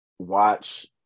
Watch